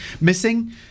missing